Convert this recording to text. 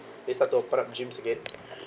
they start to open up gyms again